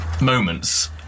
moments